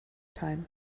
time